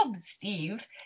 Steve